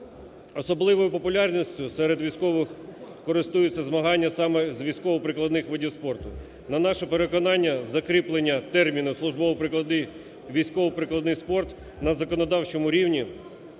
Особливою популярністю серед військових користуються змагання саме з військово-прикладних видів спорту. На наше переконання, закріплення терміну "службово-прикладний", "військово-прикладний" спорт на законодавчому рівні